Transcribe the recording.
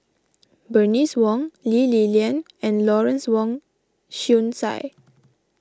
Bernice Wong Lee Li Lian and Lawrence Wong Shyun Tsai